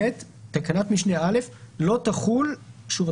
תקנת משנה (א) לא תחול שוב,